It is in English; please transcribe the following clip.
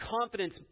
confidence